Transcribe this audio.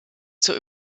zur